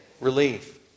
relief